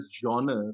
genre